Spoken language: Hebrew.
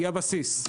היא הבסיס.